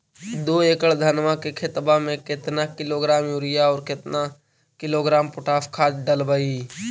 दो एकड़ धनमा के खेतबा में केतना किलोग्राम युरिया और केतना किलोग्राम पोटास खाद डलबई?